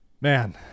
Man